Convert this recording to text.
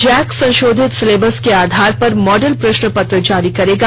Jack संशोधित syllabus के आधार पर मॉडल प्रश्न पत्र जारी करेगा